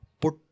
Put